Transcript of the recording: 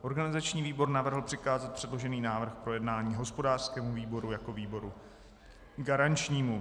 Organizační výbor navrhl přikázat předložený návrh k projednání hospodářskému výboru jako výboru garančnímu.